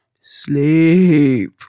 Sleep